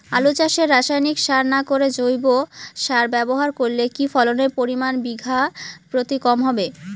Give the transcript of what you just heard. আলু চাষে রাসায়নিক সার না করে জৈব সার ব্যবহার করলে কি ফলনের পরিমান বিঘা প্রতি কম হবে?